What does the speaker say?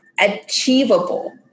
Achievable